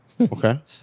Okay